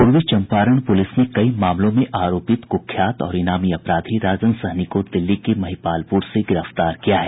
पूर्वी चंपारण पुलिस ने कई मामलों में आरोपित कुख्यात और इनामी अपराधी राजन सहनी को दिल्ली के महिपालपुर से गिरफ्तार किया है